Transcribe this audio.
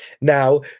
Now